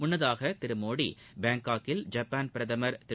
முன்னதாக திரு மோடி பாங்காக்கில் ஜப்பான் பிரதமர் திரு